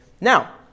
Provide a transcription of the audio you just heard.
Now